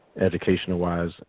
educational-wise